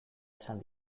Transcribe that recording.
esan